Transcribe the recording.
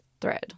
thread